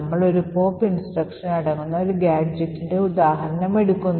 നമ്മൾ ഒരു pop instruction അടങ്ങുന്ന ഒരു ഗാഡ്ജെറ്റിന്റെ ഉദാഹരണം എടുക്കുന്നു